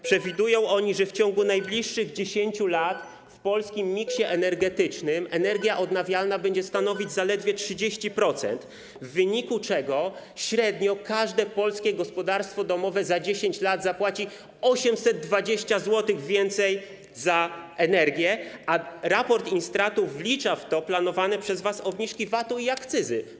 Przewidują oni, że w ciągu najbliższych 10 lat w polskim miksie energetycznym energia odnawialna będzie stanowić zaledwie 30%, w wyniku czego średnio każde polskie gospodarstwo domowe za 10 lat zapłaci 820 zł więcej za energię, a raport Instratu wlicza w to planowane przez was obniżki VAT-u i akcyzy.